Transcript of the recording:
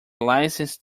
licence